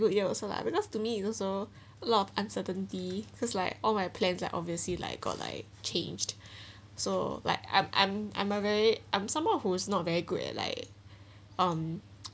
years also lah because to me it's also lots of uncertainty cause like all my plants like obviously like got like changed so like am I'm a very I'm someone who is not very good at like um